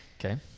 Okay